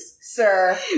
sir